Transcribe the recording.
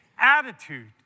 attitude